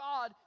God